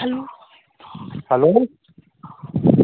hello hello